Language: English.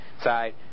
side